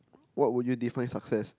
what would you define success